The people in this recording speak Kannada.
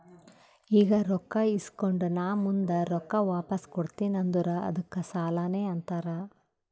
ಈಗ ರೊಕ್ಕಾ ಇಸ್ಕೊಂಡ್ ನಾ ಮುಂದ ರೊಕ್ಕಾ ವಾಪಸ್ ಕೊಡ್ತೀನಿ ಅಂದುರ್ ಅದ್ದುಕ್ ಸಾಲಾನೇ ಅಂತಾರ್